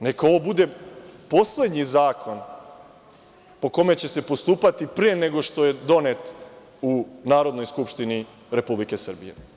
Neka ovo bude poslednji zakon po kome će se postupati pre nego što je donet u Narodnoj skupštini Republike Srbije.